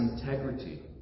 integrity